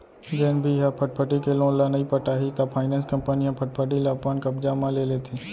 जेन भी ह फटफटी के लोन ल नइ पटाही त फायनेंस कंपनी ह फटफटी ल अपन कब्जा म ले लेथे